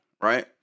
right